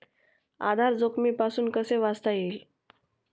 आधार जोखमीपासून कसे वाचता येईल?